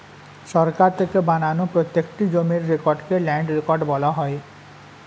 সরকার থেকে বানানো প্রত্যেকটি জমির রেকর্ডকে ল্যান্ড রেকর্ড বলা হয়